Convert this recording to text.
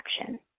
action